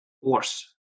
worse